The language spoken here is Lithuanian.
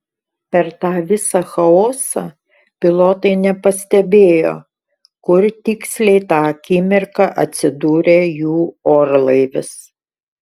per tą visą chaosą pilotai nepastebėjo kur tiksliai tą akimirką atsidūrė jų orlaivis